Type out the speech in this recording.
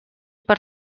per